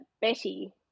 Betty